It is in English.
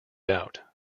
doubt